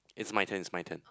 is my turn is my turn